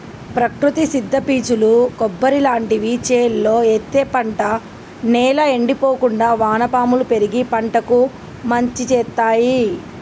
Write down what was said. ప్రకృతి సిద్ద పీచులు కొబ్బరి లాంటివి చేలో ఎత్తే పంట నేల ఎండిపోకుండా వానపాములు పెరిగి పంటకు మంచి శేత్తాయ్